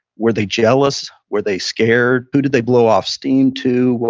were they jealous, were they scared? who did they blow off steam to?